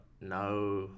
no